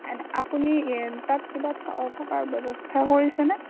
N আপুনি তাত কিবা থকা থকাৰ ব্যৱস্থা কৰিছেনে